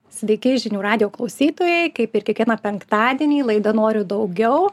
sveiki žinių radijo klausytojai kaip ir kiekvieną penktadienį laida noriu daugiau